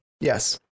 Yes